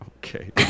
Okay